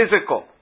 physical